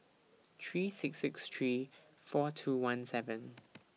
three six six three four two one seven